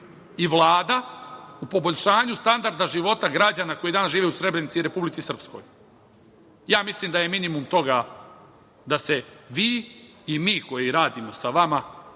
i Vlada u poboljšanju standarda života građana koji danas žive u Srebrenici i u Republici Srpskoj. Ja mislim da je minimum toga da se vi i mi koji radimo sa vama